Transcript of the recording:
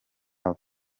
love